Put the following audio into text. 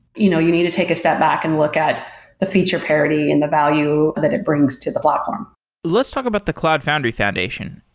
you know you need to take a step back and look at the feature parity and the value that it brings to the platform let's talk about the cloud foundry foundation.